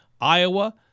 Iowa